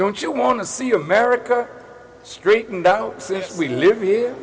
don't you want to see america straightened out since we live here